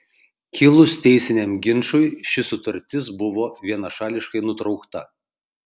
kilus teisiniam ginčui ši sutartis buvo vienašališkai nutraukta